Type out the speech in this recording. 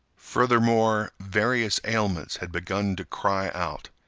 furthermore, various ailments had begun to cry out.